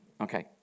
Okay